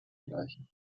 gleichen